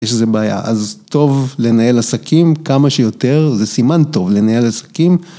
יש איזה בעיה, אז טוב לנהל עסקים כמה שיותר, זה סימן טוב לנהל עסקים.